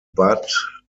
bad